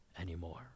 anymore